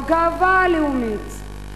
הגאווה הלאומית,